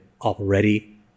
already